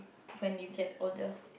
when you get older